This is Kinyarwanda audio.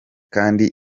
kandi